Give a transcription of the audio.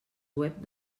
web